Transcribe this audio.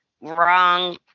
wrong